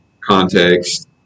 context